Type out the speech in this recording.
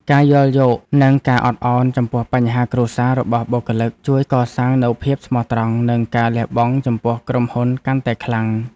ការយល់យោគនិងការអត់ឱនចំពោះបញ្ហាគ្រួសាររបស់បុគ្គលិក ជួយកសាងនូវភាពស្មោះត្រង់និងការលះបង់ចំពោះក្រុមហ៊ុនកាន់តែខ្លាំង។